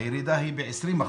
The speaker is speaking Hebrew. הירידה היא ב-20%,